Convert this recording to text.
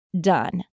done